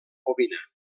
ovina